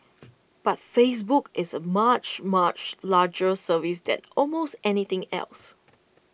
but Facebook is A much much larger service that almost anything else